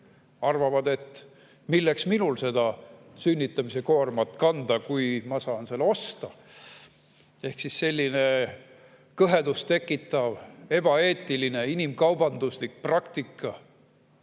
arvavad, et milleks on minul vaja seda sünnitamise koormat kanda, kui ma saan selle osta. Selline kõhedust tekitav ebaeetiline inimkaubanduslik praktika